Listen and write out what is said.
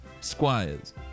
squires